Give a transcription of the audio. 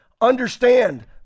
understand